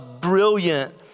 brilliant